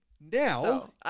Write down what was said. Now